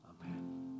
Amen